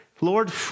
Lord